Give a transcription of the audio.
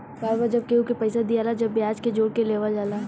बार बार जब केहू के पइसा दियाला तब ब्याज के जोड़ के लेवल जाला